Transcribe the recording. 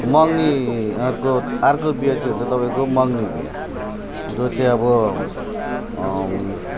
मगनी अर्को अर्को विवाह चाहिँ हुन्छ तपाईँको मगनी बिहा जो चाहिँ अब